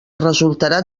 resultarà